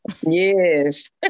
yes